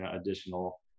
additional